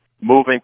moving